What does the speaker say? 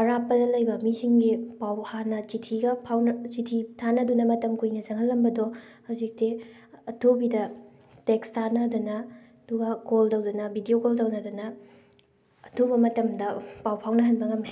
ꯑꯔꯥꯞꯄꯗ ꯂꯩꯕ ꯃꯤꯁꯤꯡꯒꯤ ꯄꯥꯎ ꯍꯥꯟꯅ ꯆꯤꯊꯤꯒ ꯐꯥꯎꯅ ꯆꯤꯊꯤ ꯊꯥꯅꯗꯨꯅ ꯃꯇꯝ ꯀꯨꯏꯅ ꯆꯪꯍꯟꯂꯝꯕꯗꯣ ꯍꯧꯖꯤꯛꯇꯤ ꯑꯊꯨꯕꯤꯗ ꯇꯦꯛꯁ ꯊꯥꯅꯗꯨꯅ ꯑꯗꯨꯒ ꯀꯣꯜ ꯇꯧꯗꯨꯅ ꯕꯤꯗꯤꯑꯣ ꯀꯣꯜ ꯇꯧꯅꯗꯅ ꯑꯊꯨꯕ ꯃꯇꯝꯗ ꯄꯥꯎ ꯐꯥꯎꯅꯍꯟꯕ ꯉꯝꯃꯦ